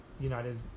United